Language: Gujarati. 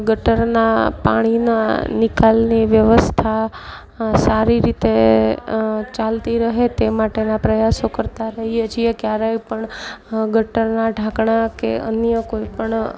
ગટરના પાણીના નિકાલની વ્યવસ્થા સારી રીતે ચાલતી રહે તે માટેના પ્રયાસો કરતાં રહીએ છીએ ક્યારેય પણ ગટરના ઢાંકણા કે અન્ય કોઈપણ